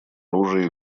оружия